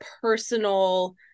personal